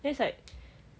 then it's like